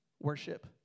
worship